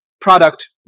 Product